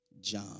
John